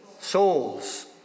Souls